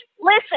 listen